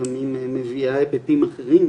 לפעמים היא מביאה היבטים אחרים,